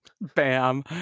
bam